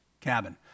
cabin